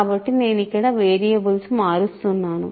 కాబట్టి నేను ఇక్కడ వేరియబుల్స్ మారుస్తున్నాను